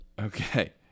Okay